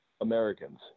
americans